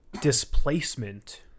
Displacement